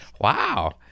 Wow